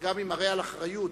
זה גם מראה אחריות,